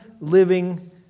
living